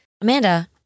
Amanda